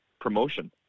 promotion